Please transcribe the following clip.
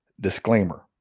disclaimer